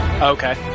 Okay